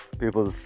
people